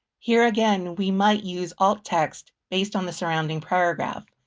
here, again, we might use alt text based on the surrounding paragraph.